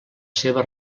seva